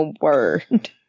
word